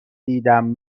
دیدم